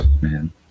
Man